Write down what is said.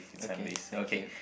okay thank you